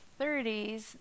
30s